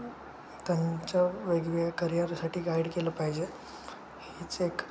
त्यांच्या वेगवेगळ्या करिअरसाठी गाईड केलं पाहिजे हीच एक